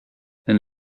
and